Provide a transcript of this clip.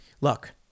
Look